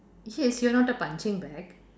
yes you're not a punching bag